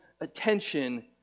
attention